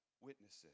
witnesses